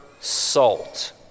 salt